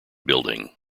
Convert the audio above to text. building